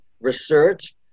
research